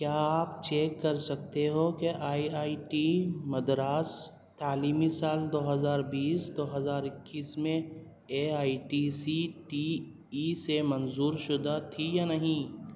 کیا آپ چیک کر سکتے ہو کہ آئی آئی ٹی مدراس تعلیمی سال دو ہزار بیس دو ہزار اکیس میں اے I T C T E سے منظور شدہ تھی یا نہیں؟